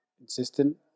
insistent